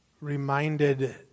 reminded